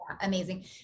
Amazing